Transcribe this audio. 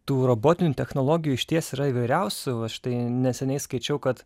tų robotinių technologijų išties yra įvairiausių va štai neseniai skaičiau kad